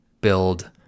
build